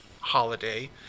holiday